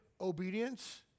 obedience